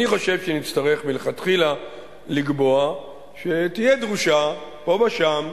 אני חושב שנצטרך מלכתחילה לקבוע שתהיה דרושה פה ושם,